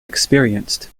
experienced